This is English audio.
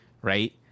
Right